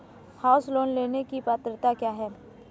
House loan लेने की पात्रता क्या है?